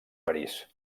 parís